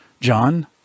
John